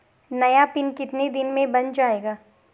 नया पिन कितने दिन में बन जायेगा?